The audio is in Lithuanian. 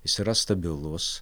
jis yra stabilus